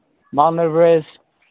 mount everest